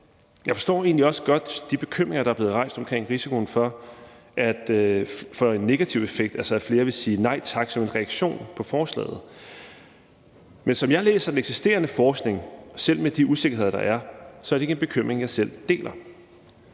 Jeg forstår egentlig også godt de bekymringer, der er blevet rejst omkring risikoen for en negativ effekt, altså at flere vil sige nej tak som en reaktion på forslaget. Men som jeg læser den eksisterende forskning, er det, selv med de usikkerheder, der er, ikke en bekymring, jeg selv deler.